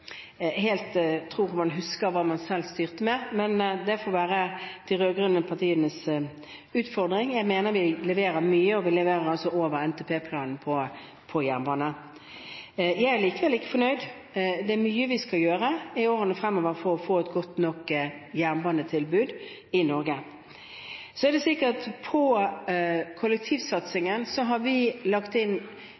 man tror en helt husker hva en selv styrte med. Men det får være de rød-grønne partienes utfordring. Jeg mener vi leverer mye, og vi leverer over NTP for jernbane. Jeg er likevel ikke fornøyd. Det er mye vi skal gjøre i årene fremover for å få et godt nok jernbanetilbud i Norge. Når det